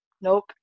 nope